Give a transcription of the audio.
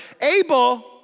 abel